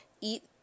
eat